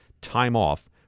time-off